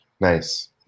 Nice